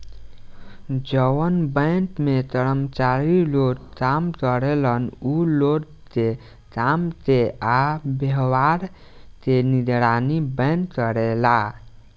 जवन बैंक में कर्मचारी लोग काम करेलन उ लोग के काम के आ व्यवहार के निगरानी बैंक करेला